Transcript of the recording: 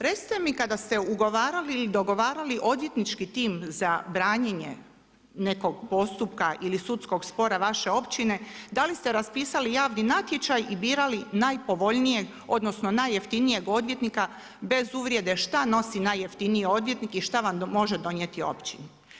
Recite mi, kada ste ugovarali ili dogovarali odvjetnički tim za branjenje nekog postupka ili sudskog spora vaše općine, da li ste raspisali javni natječaj i birali najpovoljnijeg, odnosno najjeftinijeg odvjetnika bez uvrede, šta nosi najjeftiniji odvjetnik i šta vam može donijeti općini?